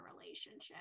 relationship